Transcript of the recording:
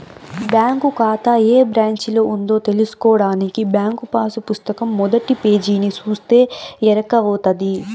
bank కాతా ఏ బ్రాంచిలో ఉందో తెల్సుకోడానికి బ్యాంకు పాసు పుస్తకం మొదటి పేజీని సూస్తే ఎరకవుతది